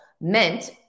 meant